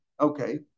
Okay